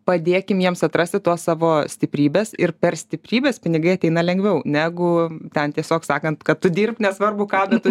padėkim jiems atrasti tuos savo stiprybes ir per stiprybes pinigai ateina lengviau negu ten tiesiog sakant kad tu dirbk nesvarbu ką bet tu